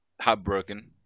heartbroken